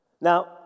Now